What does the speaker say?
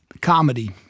comedy